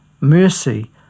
Mercy